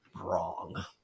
wrong